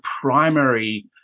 primary